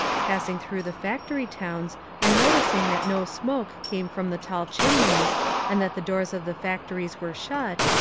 passing through the factory towns and noticing that no smoke came from the tall chimneys and that the doors of the factories were shut,